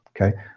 Okay